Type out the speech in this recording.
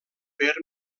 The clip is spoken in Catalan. per